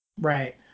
Right